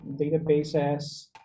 databases